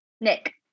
Nick